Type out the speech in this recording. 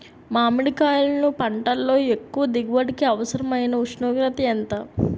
మామిడికాయలును పంటలో ఎక్కువ దిగుబడికి అవసరమైన ఉష్ణోగ్రత ఎంత?